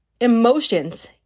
emotions